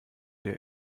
der